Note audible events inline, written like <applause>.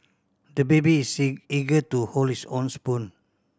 the baby is <unintelligible> eager to hold his own spoon